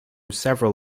several